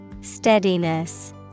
Steadiness